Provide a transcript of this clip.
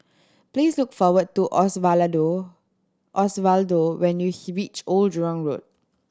please look for what do Osvaldo Osvaldo when you he reach Old Jurong Road